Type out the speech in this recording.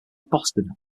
boston